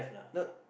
no